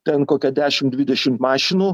ten kokia dešim dvidešim mašinų